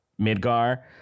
Midgar